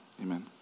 Amen